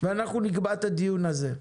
ואנחנו נקבע את הדיון הזה.